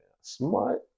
smart